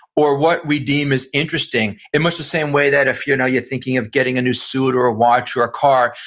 or what we deem as interesting in much the same way that if you know you're thinking of getting a new suit, or a watch, or a car,